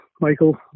Michael